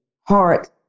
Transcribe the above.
heart